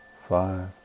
five